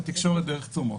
לתקשורת דרך צומות.